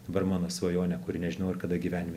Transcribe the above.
dabar mano svajonė kuri nežinau ar kada gyvenime